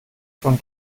schon